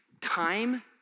time